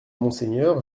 monseigneur